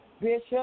bishop